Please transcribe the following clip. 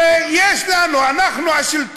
הרי אנחנו השלטון,